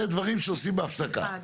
זה דברים שעושים בהפסקה.